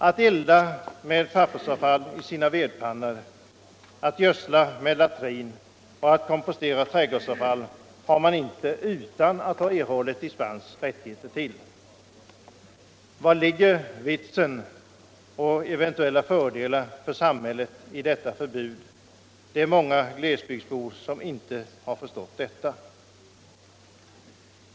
Att elda med pappersavfall i sina vedspisar, gödsla med latrin och kompostera trädgårdsavfall har man inte utan att erhålla dispens rättighet till. Vari ligger vitsen och ceventuelta fördelar för samhället i detta förbud? Det är många glesbygdsbor som inte förstått det.